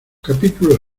capítulo